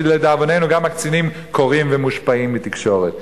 כי לדאבוננו גם הקצינים קוראים ומושפעים מתקשורת.